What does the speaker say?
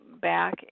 back